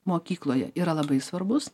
mokykloje yra labai svarbus